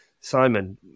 Simon